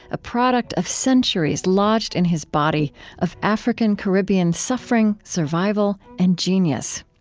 a product of centuries lodged in his body of african-caribbean suffering, survival, and genius.